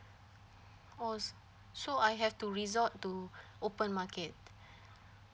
oh s~ so I have to resort to open market